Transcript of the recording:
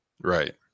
right